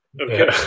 Okay